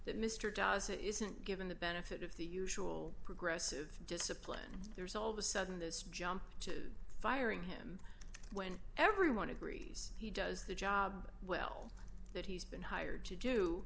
that mr dowsett isn't given the benefit of the usual progressive discipline there's all of a sudden this jump to firing him when everyone agrees he does the job well that he's been hired to do